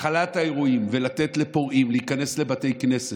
הכלת האירועים ולתת לפורעים להיכנס לבתי כנסת,